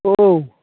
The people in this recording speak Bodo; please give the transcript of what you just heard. औ